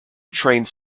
trains